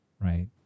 Right